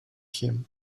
him